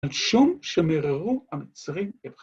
על שום שמררו המצרים את...